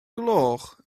gloch